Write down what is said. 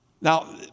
Now